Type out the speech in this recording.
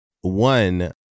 one